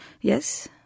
Yes